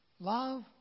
Love